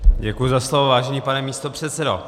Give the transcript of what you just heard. Děkuji za slovo, vážený pane místopředsedo.